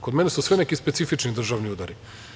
Kod mene su sve neki specifični državni udari.